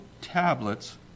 tablets